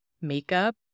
makeup